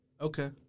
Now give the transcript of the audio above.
Okay